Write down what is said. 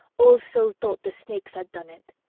also thought the snakes had done it.